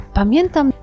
pamiętam